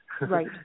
Right